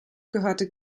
gehörte